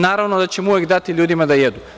Naravno da ćemo uvek dati ljudima da jedu.